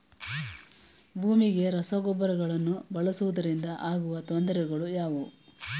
ಭೂಮಿಗೆ ರಸಗೊಬ್ಬರಗಳನ್ನು ಬಳಸುವುದರಿಂದ ಆಗುವ ತೊಂದರೆಗಳು ಯಾವುವು?